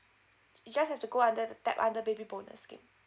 you just have to go under the tab baby bonus scheme